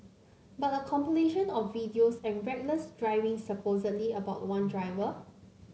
but a compilation of videos of reckless driving supposedly about one driver